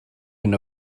hyn